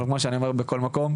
אבל כמו שאני אומר בכל מקום,